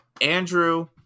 Andrew